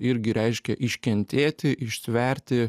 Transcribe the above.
irgi reiškia iškentėti ištverti